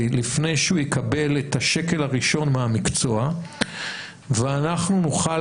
לפני שהוא יקבל את השקל הראשון מהמקצוע ואנחנו נוכל